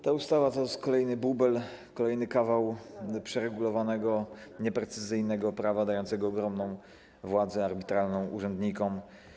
Ta ustawa to kolejny bubel, kolejny kawał przeregulowanego, nieprecyzyjnego prawa dającego ogromną władzę arbitralną urzędnikom.